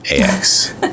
ax